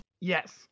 Yes